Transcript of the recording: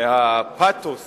מהפתוס